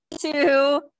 two